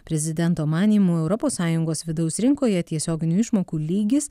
prezidento manymu europos sąjungos vidaus rinkoje tiesioginių išmokų lygis